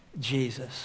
Jesus